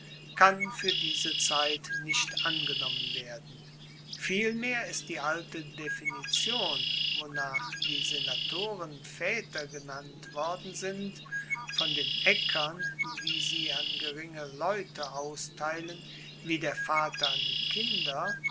kann fuer diese zeit nicht angenommen werden vielmehr ist die alte definition wonach die senatoren vaeter genannt worden sind von den aeckern die sie an geringe leute austeilen wie der vater an die kinder